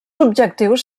objectius